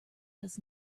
does